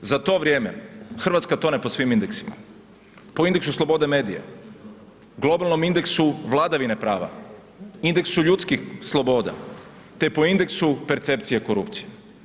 Za to vrijeme Hrvatska tone po svim indeksima, po indeksu slobode medija, globalnom indeksu vladavine prava, indeksu ljudskih sloboda, te po indeksu percepcije korupcije.